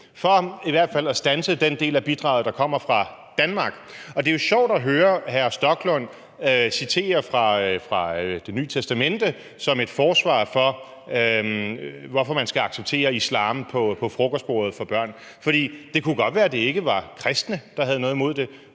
for i hvert fald at standse den del af bidraget, der kommer fra Danmark, og det er jo sjovt at høre hr. Rasmus Stoklund citere fra Det Nye Testamente som et forsvar for, hvorfor man skal acceptere islam på frokostbordet for børn. For det kunne jo godt være, at det ikke var kristne, der havde noget imod det;